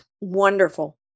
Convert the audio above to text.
Wonderful